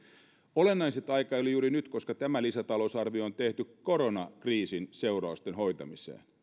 olennaisinta on että aika ei ole juuri nyt koska tämä lisätalousarvio on tehty koronakriisin seurausten hoitamiseen